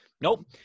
nope